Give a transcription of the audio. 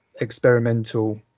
experimental